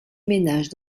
ménage